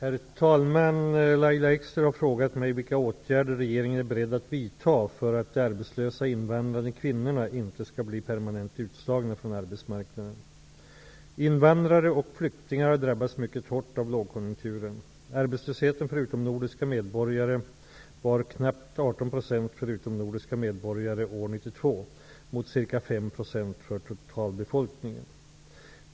Herr talman! Lahja Exner har frågat mig vilka åtgärder regeringen är beredd att vidta för att de arbetslösa invandrade kvinnorna inte skall bli permanent utslagna från arbetsmarknaden. Invandrare och flyktingar har drabbats mycket hårt av lågkonjunkturen. Arbetslösheten för utomnordiska medborgare var knappt 18 % år 1992, mot ca 5 % för totalbefolkningen.